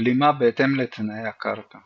בלימה בהתאם לתנאי הקרקע